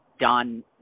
Don